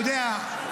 אתה יודע,